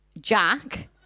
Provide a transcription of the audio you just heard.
Jack